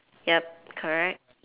yup correct